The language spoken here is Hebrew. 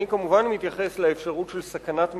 אני כמובן מתייחס לאפשרות של סכנת מלחמה,